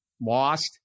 lost